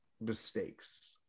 mistakes